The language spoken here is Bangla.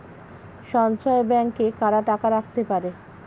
সঞ্চয় ব্যাংকে কারা টাকা রাখতে পারে?